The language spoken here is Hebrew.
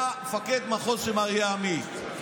מפקד המחוז היה מר אריה עמית.